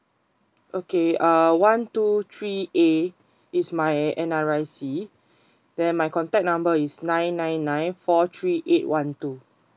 okay uh one two three a is my N_R_I_C then my contact number is nine nine nine four three eight one two